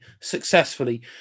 successfully